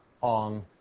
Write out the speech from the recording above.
on